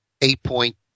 eight-point